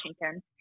Washington